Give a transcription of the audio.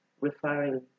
referring